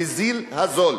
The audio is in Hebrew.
בזיל הזול,